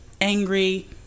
angry